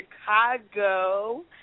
Chicago